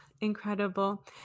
incredible